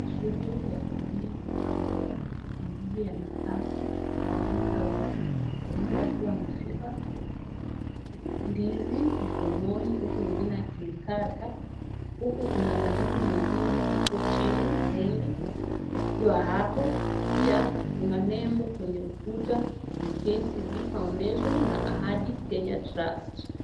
Shughuli ya kilimo ambao ndizi yanakatwa na wanawake wawili, mmoja akiwa ameshika ndizi mkononi huku mwingine akikata huku kuna mandizi mengine hapo chini mengi yakiwa hapo. Pia kuna nembo kwenye ukuta ya KCB Foundation na Ahadi Kenya Trust.